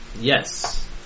Yes